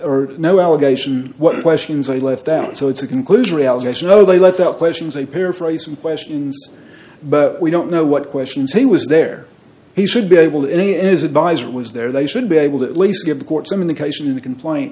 or no allegation what questions i left out so it's a conclusion reality as you know they left out questions they paraphrase and question but we don't know what questions he was there he should be able any is advised was there they should be able to at least give the court some indication in the complaint